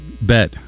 Bet